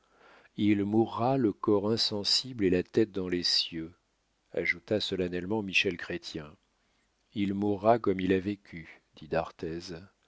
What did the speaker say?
il mourra le corps insensible et la tête dans les cieux ajouta solennellement michel chrestien il mourra comme il a vécu